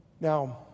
Now